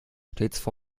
stets